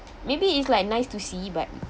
maybe is like nice to see but